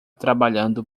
trabalhando